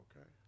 Okay